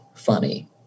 funny